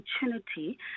opportunity